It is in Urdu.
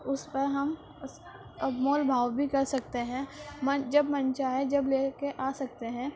اس پر ہم اس اب مول بھاؤ بھی کر سکتے ہیں من جب من چاہے جب لے کے آ سکتے ہیں